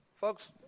Folks